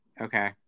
okay